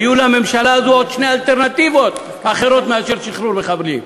היו לממשלה הזאת עוד שתי אלטרנטיבות לשחרור מחבלים,